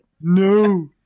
no